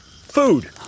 Food